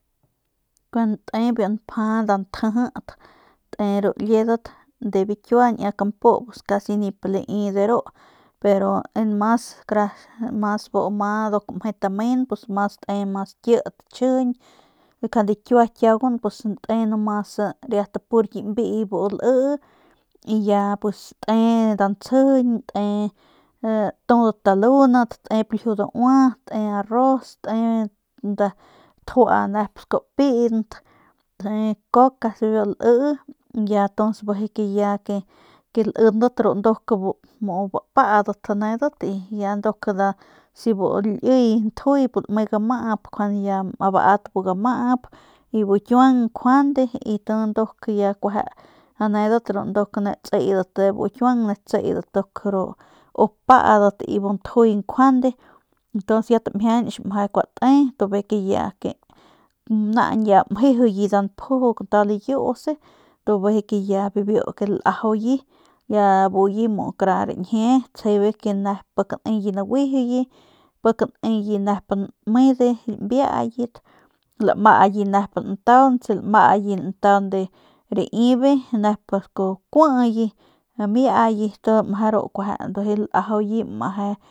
Kun te nda npja nda ntjijit te ru liedat de biu kiua biu kampu pus casi nip lai de ru pero en mas kara en mas bu ma mas mje tamen pus mas te mas kit chjijiñ juande kiua kiauguan te riat pur ki mbii bu lii ya pus te nda te nsjijiñ te tudat talundat te ljiu daua te arroz te tjua nep skua piint te cocas bibiu lii bijiy tuns bijiy ke ya ke lindat ru nduk mu bapaadat nedat y ya nduk ya si bu ntjuy liy ntjuy si lame gamap baat bu gamap y bu kiuang njuande y ya nduk kueje anedat ru nduk ne tsedat de bu kiuang ne tsedat ru uk u padat y bu ntjuy njuande tuns ya tamjianch ya kuate bijiy ke ya naañ ya mjejuye nda npju kantau layuuse y tu ya bibiu ya lajauye ya abuye kara riñjien tsjebe pik neye naguijuye pik nede nep nmede mbiayit lamaye nep ntauntse lamaye ntande raibe nep skua kuye amiye meje kueje ru lajuye meje.